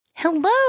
Hello